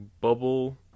Bubble